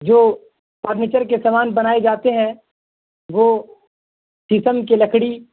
جو فرنیچر کے سامان بنائے جاتے ہیں وہ سیسم کی لکڑی